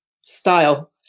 style